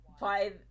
by-